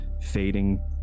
fading